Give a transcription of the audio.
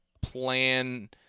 plan –